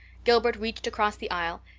gilbert reached across the aisle,